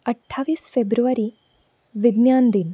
अठ्ठावीस फेब्रुवारी विज्ञान दिन